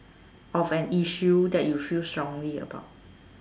of an issue that you feel strongly about